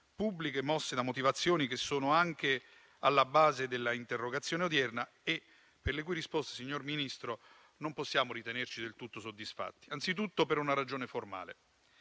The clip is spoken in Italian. state mosse da motivazioni che sono anche alla base della interrogazione odierna e per le cui risposte, signor Ministro, non possiamo ritenerci del tutto soddisfatti, anzitutto per una ragione formale.